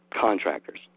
contractors